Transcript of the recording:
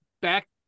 back